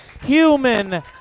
human